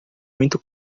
muito